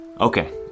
okay